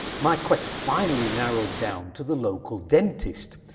my quest finally narrowed down to the local dentist,